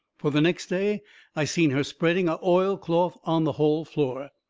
fur the next day i seen her spreading a oilcloth on the hall floor.